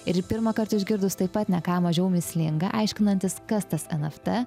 ir pirmąkart išgirdus taip pat ne ką mažiau mįslinga aiškinantis kas tas en af tė